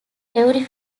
every